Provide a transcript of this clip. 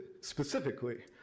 specifically